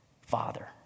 father